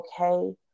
okay